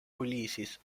releases